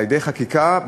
על-ידי חקיקה,